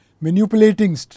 manipulating